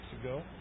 ago